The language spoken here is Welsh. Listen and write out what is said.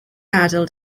adael